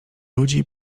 ludzi